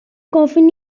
gofyn